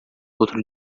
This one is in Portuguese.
outro